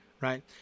right